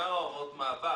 עוד פעם בעוד תהליך?